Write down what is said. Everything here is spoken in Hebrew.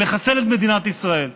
ולחסל את מדינת ישראל.